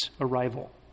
arrival